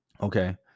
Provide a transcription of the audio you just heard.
Okay